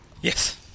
Yes